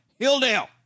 Hildale